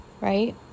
right